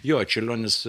jo čiurlionis